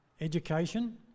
education